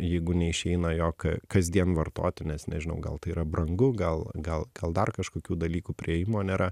jeigu neišeina jo kasdien vartoti nes nežinau gal tai yra brangu gal gal gal dar kažkokių dalykų priėjimo nėra